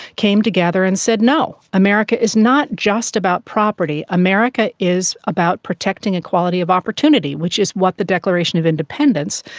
came together and said no, america is not just about property, america is about protecting equality of opportunity, which is what the declaration of independence,